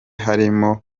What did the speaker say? harimo